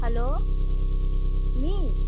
hello miss